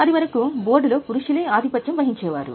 ఆది వరకు బోర్డు లో పురుషు లే ఆధిపత్యం వహించే వారు